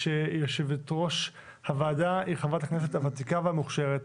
שיושבת-ראש הוועדה היא חברת הכנסת הוותיקה והמוכשרת,